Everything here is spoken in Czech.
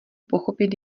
pochopit